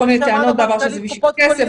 כל מיני טעויות בעבר שזה בשביל כסף,